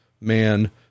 man